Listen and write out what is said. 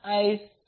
87 मिळाला आहे